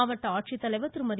மாவட்ட ஆட்சித்தலைவர் திருமதி